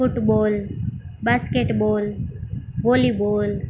football basket ball volleyball